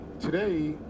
today